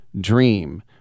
dream